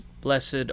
Blessed